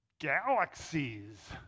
Galaxies